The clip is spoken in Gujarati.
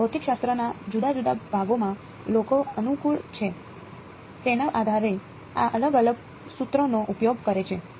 ભૌતિકશાસ્ત્રના જુદા જુદા ભાગોમાં લોકો અનુકૂળ છે તેના આધારે આ અલગ અલગ સૂત્રોનો ઉપયોગ કરે છે